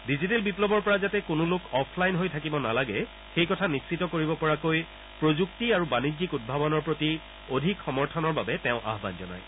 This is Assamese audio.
ডিজিটেল বিপ্নৱৰ পৰা যাতে কোনো লোক অফলাইন হৈ থাকিব নালাগে সেই কথা নিশ্চিত কৰিব পৰাকৈ প্ৰযুক্তি আৰু বাণিজ্যিক উদ্ভাৱনৰ প্ৰতি অধিক সমৰ্থনৰ বাবে তেওঁ আহান জনায়